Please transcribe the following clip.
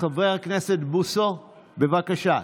חבר הכנסת בוסו, בבקשה.